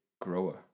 grower